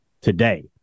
today